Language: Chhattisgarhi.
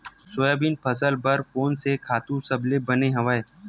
सोयाबीन फसल बर कोन से खातु सबले बने हवय?